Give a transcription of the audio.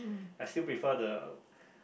I still prefer the